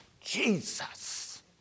Jesus